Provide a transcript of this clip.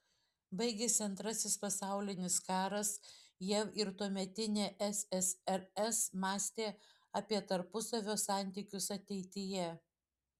baigėsi antrasis pasaulinis karas jav ir tuometinė ssrs mąstė apie tarpusavio santykius ateityje